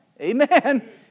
Amen